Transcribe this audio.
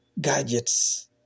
gadgets